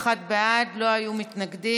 21 בעד, לא היו מתנגדים.